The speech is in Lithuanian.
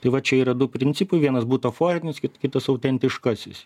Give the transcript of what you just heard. tai va čia yra du principai vienas butaforinis kitas autentiškasis